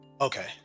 Okay